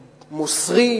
מוסרים,